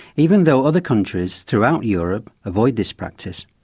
even though other countries throughout europe avoid this practice.